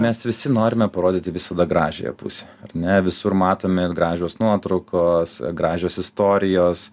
mes visi norime parodyti visada gražiąją pusę ar ne visur matome ir gražios nuotraukos gražios istorijos